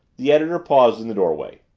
the editor paused in the doorway.